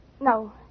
No